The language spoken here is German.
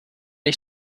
ich